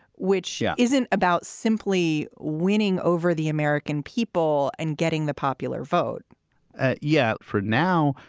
which yeah isn't about simply winning over the american people and getting the popular vote yeah. for now,